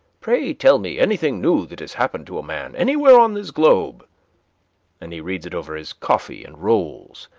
pray tell me anything new that has happened to a man anywhere on this globe and he reads it over his coffee and rolls,